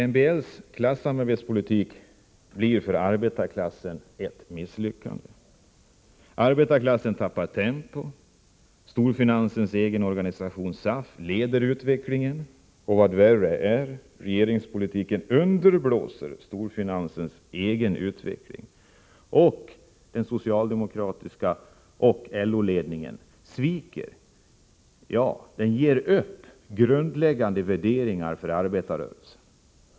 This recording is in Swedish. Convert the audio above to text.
MBL:s klassamarbetspolitik blir för arbetarklassen ett misslyckande. Arbetarklassen tappar tempo, om storfinansens egen organisation, SAF, leder utvecklingen. Vad värre är: Regeringspolitiken underblåser storfinansens egen utveckling. Socialdemokraternas och LO:s ledningar sviker — ja, ger upp - grundläggande värderingar för arbetarrörelsen.